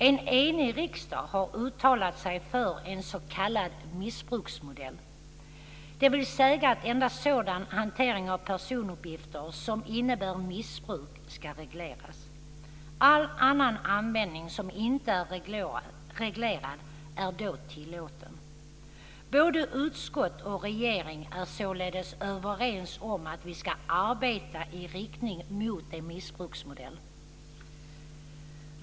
En enig riksdag har uttalat sig för en s.k. missbruksmodell, dvs. att endast sådan hantering av personuppgifter som innebär missbruk ska regleras. All annan användning som inte är reglerad är då tillåten. Både utskottet och regeringen är således överens om att vi ska arbeta i riktning mot en missbruksmodell.